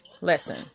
listen